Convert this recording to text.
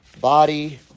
body